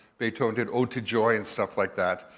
beethoven did ode to joy and stuff like that.